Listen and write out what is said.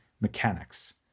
mechanics